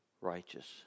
righteous